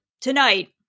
tonight